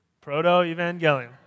Proto-evangelium